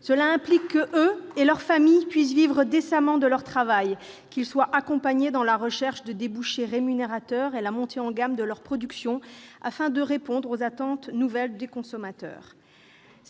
Cela implique qu'eux-mêmes et leurs familles puissent vivre décemment de leur travail et qu'ils soient accompagnés dans la recherche de débouchés rémunérateurs et la montée en gamme de leurs productions, afin de répondre aux attentes nouvelles des consommateurs.